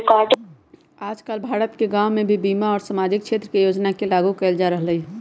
आजकल भारत के गांव में भी बीमा और सामाजिक क्षेत्र के योजना के लागू कइल जा रहल हई